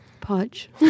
Podge